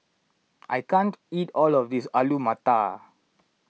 I can't eat all of this Alu Matar